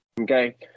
okay